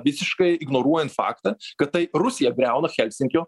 visiškai ignoruojant faktą kad tai rusija griauna helsinkio